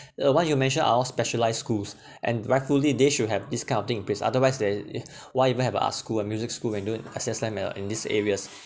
the what you mention are all specialised schools and rightfully they should have this kind of thing in place otherwise they why even have a art school and music school and don't access them uh in these areas